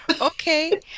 Okay